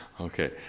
okay